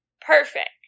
perfect